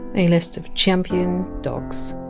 a list of champion dogs.